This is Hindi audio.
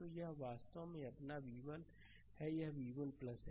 तो यह वास्तव में अपना v1 है यह v1 है